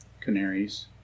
canaries